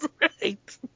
Right